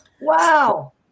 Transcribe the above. Wow